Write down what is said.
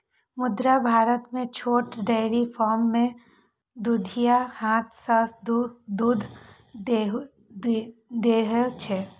मुदा भारत मे छोट डेयरी फार्म मे दुधिया हाथ सं दूध दुहै छै